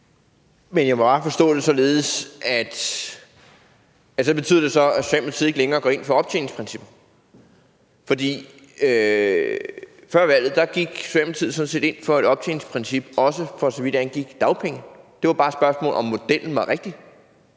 (V): Jeg må bare forstå det således, at det så betyder, at Socialdemokratiet ikke længere går ind for optjeningsprincippet. For før valget gik Socialdemokratiet sådan set ind for et optjeningsprincip, også for så vidt angik dagpengene – det var bare et spørgsmål om, hvorvidt modellen var rigtig.